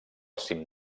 cim